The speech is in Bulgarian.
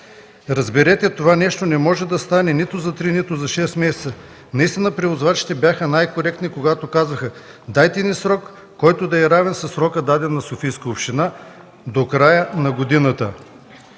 Разберете, това нещо не може да стане нито за три, нито за шест месеца. Наистина превозвачите бяха най-коректни, когато казаха: „Дайте ни срок, който да е равен със срока, даден на Софийска община – до края на годината.”